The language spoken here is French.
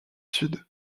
sud